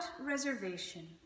reservation